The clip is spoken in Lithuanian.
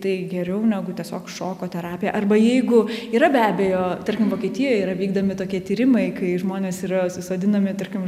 tai geriau negu tiesiog šoko terapija arba jeigu yra be abejo tarkim vokietijoje yra vykdomi tokie tyrimai kai žmonės yra susodinami tarkim